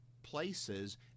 Places